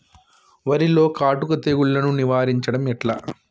వరిలో కాటుక తెగుళ్లను నివారించడం ఎట్లా?